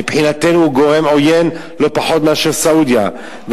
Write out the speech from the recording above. מבחינתנו היא גורם עוין לא פחות מאשר סעודיה,